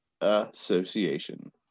association